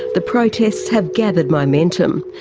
the protests have gathered momentum,